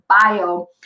bio